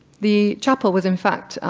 the chapel was in fact,